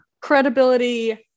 Credibility